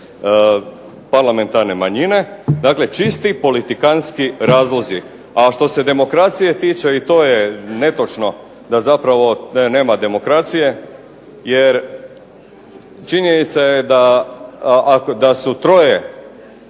parlamentarne manjine. Dakle, čisti politikanski razlozi. A što se demokracije tiče i to je netočno da zapravo nema demokracije, jer činjenica je da su troje